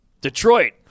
Detroit